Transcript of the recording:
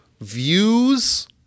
views